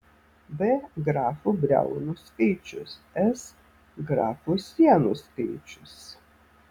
b grafų briaunų skaičius s grafų sienų skaičius